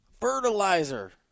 Fertilizer